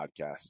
podcast